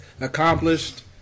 accomplished